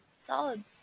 Solid